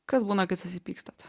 kas būna kai susipykstat